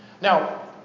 Now